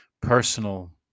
personal